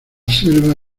selva